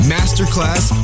Masterclass